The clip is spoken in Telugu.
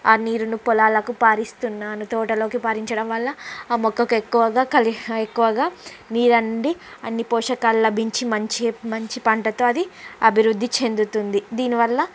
ఆ నీరును పొలాలకు పారిస్తున్నాను తోటలోకి పారించడం వల్ల ఆ మొక్కకు ఎక్కువగా కలుషి ఎక్కువగా నీరు రండి అన్ని పోషకాలభించి మంచి మంచి పంటతో అది అభివృద్ధి చెందుతుంది దీనివల్ల